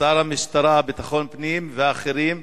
שר המשטרה וביטחון הפנים והאחרים,